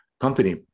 Company